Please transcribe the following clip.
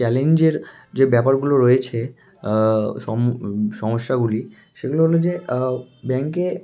চ্যালেঞ্জের যে ব্যাপারগুলো রয়েছে সমস্যাগুলি সেগুলো হলো যে ব্যাংকে